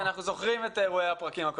אנחנו זוכרים את ראשי הדברים מהדיון